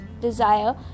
Desire